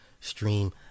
stream